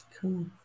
cool